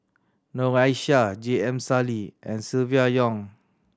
Noor Aishah J M Sali and Silvia Yong